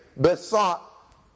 besought